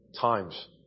times